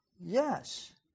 Yes